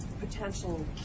Potential